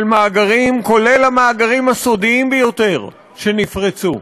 של מאגרים, כולל המאגרים הסודיים ביותר, שנפרצו.